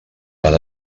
van